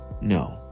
No